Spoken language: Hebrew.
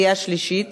קריאה שלישית.